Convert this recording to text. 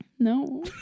No